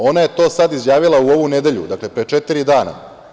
Ona je to sad izjavila u ovu nedelju, pre četiri dana.